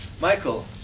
Michael